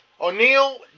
O'Neill